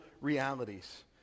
realities